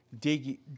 dig